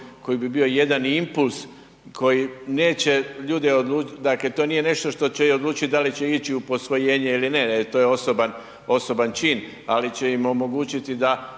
koji bi bio jedan impuls koji neće ljude, dakle to nije nešto što će ih odlučit da li će ići u posvojenje ili ne, ne, to je osoban, osoban čin, ali će im omogućiti da